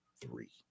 three